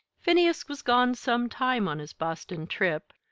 phineas was gone some time on his boston trip.